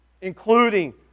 including